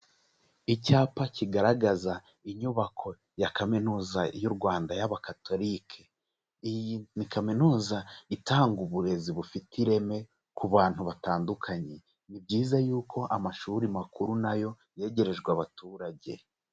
Icyapa kigaragaza inyubako ya kaminuza y'u Rwanda y'Abakatorike. Iyi ni kaminuza itanga uburezi bufite ireme ku bantu batandukanye, ni byiza yuko amashuri makuru na yo yegerejwe abaturage.